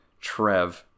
Trev